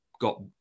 got